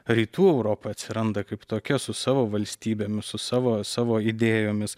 rytų europa atsiranda kaip tokia su savo valstybėmis su savo savo idėjomis